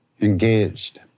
engaged